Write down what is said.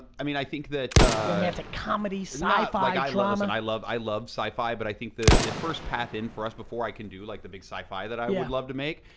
i mean i think that romantic comedy, sci-fi, drama, um and i love i love sci-fi, but i think the the first path in for us before i can do like the big sci-fi that i would love to make,